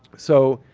so,